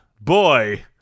boy